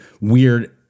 weird